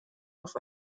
auf